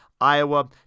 Iowa